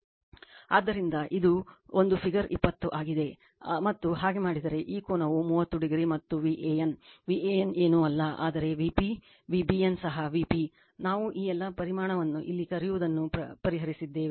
ಆದ್ದರಿಂದ ಇದು ಒಂದು ಫಿಗರ್ 20 ಆಗಿದೆ ಮತ್ತು ಹಾಗೆ ಮಾಡಿದರೆ ಈ ಕೋನವು 30o ಮತ್ತು Van Van ಏನೂ ಅಲ್ಲ ಆದರೆ Vp V bn ಸಹ Vp ನಾವು ಈ ಎಲ್ಲ ಪರಿಮಾಣವನ್ನು ಇಲ್ಲಿ ಕರೆಯುವುದನ್ನು ಪರಿಹರಿಸಿದ್ದೇವೆ